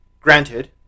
Granted